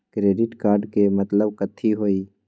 Credit card के मतलब कथी होई?